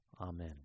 Amen